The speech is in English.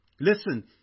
Listen